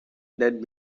that